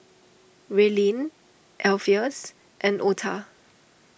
Raelynn Alpheus and Otha